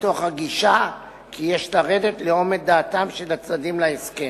מתוך הגישה כי יש לרדת לאומד דעתם של הצדדים להסכם.